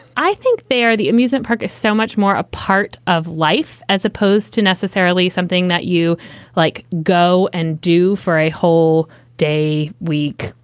i think they're the amusement park is so much more a part of life as opposed to necessarily something that you like go and do for a whole day week.